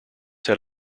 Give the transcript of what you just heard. had